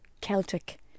Celtic